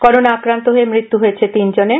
corona আক্রান্ত হয়ে মৃত্যু হয়েছে তিন জনের